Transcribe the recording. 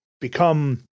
become